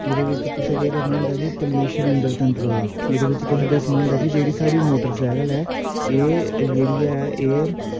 एह्दे बिच तुसें केह् करना होंदा कि प्लूशन कंट्रोल एह्दे बिच तुसें दस्सना होंदा कि जेह्ड़ी साढ़ी मोटरसैकल ऐ एह् जेह्ड़ी ऐ एह्